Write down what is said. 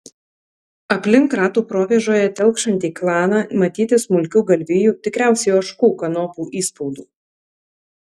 aplink ratų provėžoje telkšantį klaną matyti smulkių galvijų tikriausiai ožkų kanopų įspaudų